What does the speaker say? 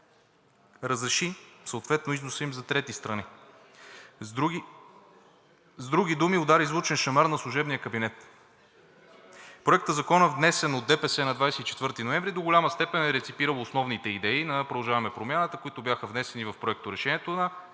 разреши съответно износа им за трети страни. С други думи, удари звучен шамар на служебния кабинет. Проектозаконът, внесен от ДПС на 24 ноември, до голяма степен е реципирал основните идеи на „Продължаваме Промяната“, които бяха внесени в Проекторешението на